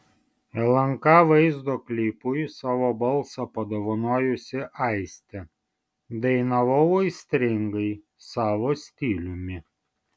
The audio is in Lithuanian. lnk vaizdo klipui savo balsą padovanojusi aistė dainavau aistringai savo stiliumi